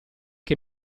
che